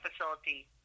Facility